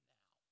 now